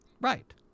Right